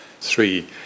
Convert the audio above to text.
three